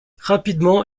rapidement